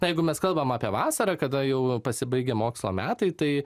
na jeigu mes kalbam apie vasarą kada jau pasibaigė mokslo metai tai